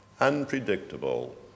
Unpredictable